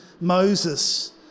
Moses